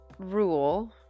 rule